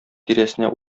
тирәсенә